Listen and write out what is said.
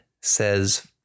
says